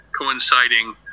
coinciding